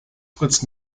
fritz